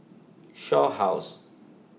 Shaw House